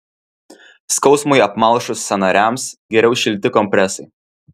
skausmui apmalšus sąnariams geriau šilti kompresai